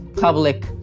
public